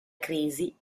crisi